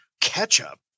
ketchup